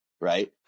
Right